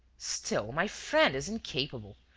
still. my friend is incapable.